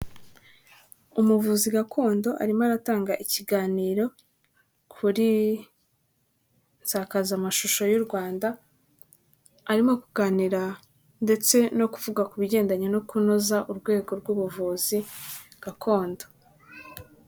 Umuvuzi gakondo arimo aratanga ikiganiro, kuri nsakazamashusho y'u Rwanda arimo kuganira ndetse no kuvuga ku bigendanye no kunoza urwego rw'ubuvuzi, gakondo.